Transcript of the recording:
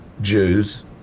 Jews